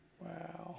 Wow